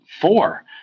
Four